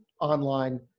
online